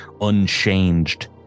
unchanged